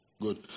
Good